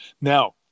Now